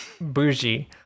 bougie